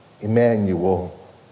Emmanuel